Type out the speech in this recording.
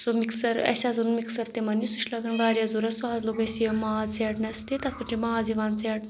سُہ مِکسَر اَسہِ حظ اوٚن مِکسَر تِمَن چھُ لَگان واریاہ ضوٚرَتھ سُہ حظ لوٚگ اَسہِ یہِ ماز ژٹنَس تہِ تَتھ پؠٹھ چھِ ماز یِوان ژیٹنہٕ